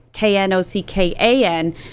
K-N-O-C-K-A-N